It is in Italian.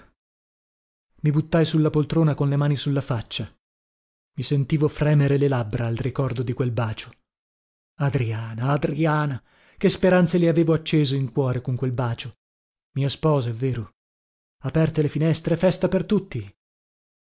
i buttai su la poltrona con le mani su la faccia i sentivo fremere le labbra al ricordo di quel bacio adriana adriana che speranze le avevo acceso in cuore con quel bacio mia sposa è vero aperte le finestre festa per tutti